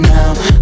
Now